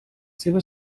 seva